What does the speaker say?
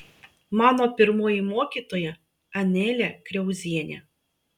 mano pirmoji mokytoja anelė kriauzienė